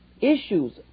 issues